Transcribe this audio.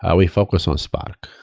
ah we focused on spark.